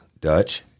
Dutch